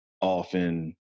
often